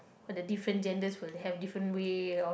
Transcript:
but the different genders will have different way of